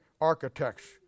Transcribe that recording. architects